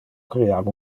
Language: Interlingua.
crear